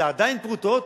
שזה עדיין פרוטות,